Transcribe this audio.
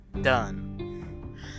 done